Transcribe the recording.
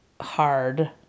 hard